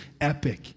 epic